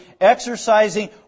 exercising